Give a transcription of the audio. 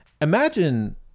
imagine